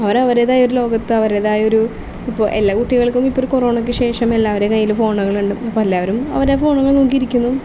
അവർ അവരുടെതായ ഒരു ലോകത്ത് അവരുടേതായ ഒരു ഇപ്പോൾ എല്ലാ കുട്ടികൾക്കും ഇപ്പോൾ ഒരു കൊറോണയ്ക്ക് ശേഷം എല്ലാവരുടെ കയ്യിലും ഫോണുകൾ ഉണ്ട് അപ്പോൾ എല്ലാവരും അവരുടെ ഫോണുകൾ നോക്കി ഇരിക്കുന്നു